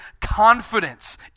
confidence